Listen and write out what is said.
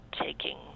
taking